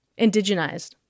Indigenized